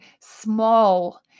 small